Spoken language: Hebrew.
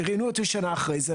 ראיינו אותי שנה אחרי זה,